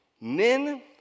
Men